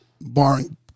Barring